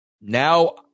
now